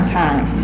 time